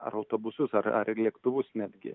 ar autobusus ar ar lėktuvus netgi